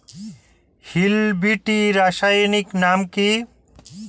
Hill বিটি রাসায়নিক নাম কি?